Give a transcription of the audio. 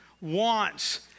wants